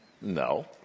No